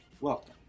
Welcome